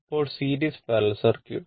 ഇപ്പോൾ series parallel circuit